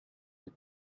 they